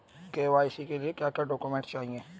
KYC के लिए क्या क्या डॉक्यूमेंट चाहिए?